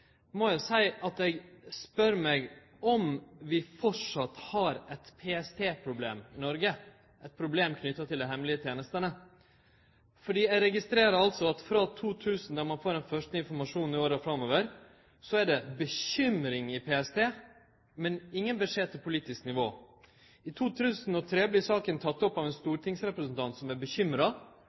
må eg seie at eg spør meg om vi framleis har eit PST-problem i Noreg knytt til dei hemmelege tenestene. Eg registrerer altså at det frå 2000, då vi får den første informasjonen, er bekymring i PST, men ingen beskjed til politisk nivå. I 2003 vert saka teken opp av ein stortingsrepresentant som er bekymra,